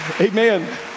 amen